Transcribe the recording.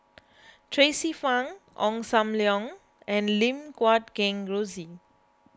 Tracie Pang Ong Sam Leong and Lim Guat Kheng Rosie